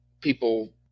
people